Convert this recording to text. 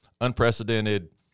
unprecedented